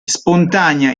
spontanea